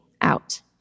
out